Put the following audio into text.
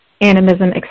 animism